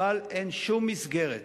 אבל אין שום מסגרת